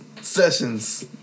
sessions